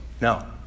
No